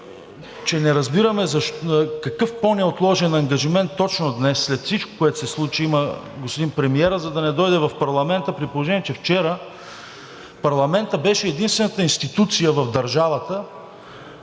че не разбираме какъв по-неотложен ангажимент точно днес, след всичко, което се случи, има господин премиерът, за да не дойде в парламента, при положение че вчера парламентът беше единствена институция в държавата,